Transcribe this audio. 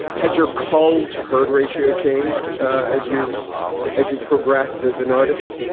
has your call to herd ratio changed as you've as you've progressed as an artist?